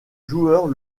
joueur